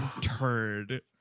turd